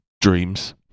dreams